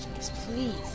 Please